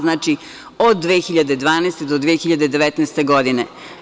Znači, od 2012. do 2019. godine.